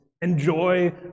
Enjoy